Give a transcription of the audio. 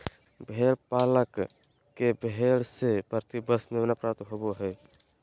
भेड़ पालक के भेड़ से प्रति वर्ष मेमना प्राप्त होबो हइ